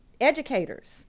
educators